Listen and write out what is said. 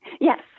Yes